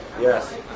yes